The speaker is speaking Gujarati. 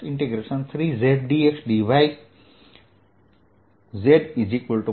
ds|z surface 3zdxdy|zL2z